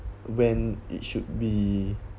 when it should be